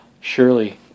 surely